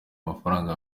amafaranga